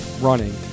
running